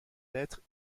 lettres